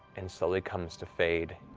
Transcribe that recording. and slowly comes to fade.